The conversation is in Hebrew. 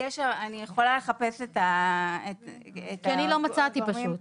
אני יכולה לחפש את הגורמים העובדתיים --- כי אני לא מצאתי פשוט,